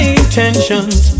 intentions